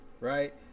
right